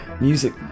music